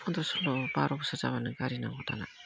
पन्द्र सलल' बार' बोसोर जाबानो गारि नांगौ दाना